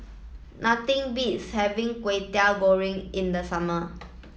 nothing beats having Kway Teow Goreng in the summer